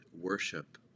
worship